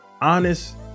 honest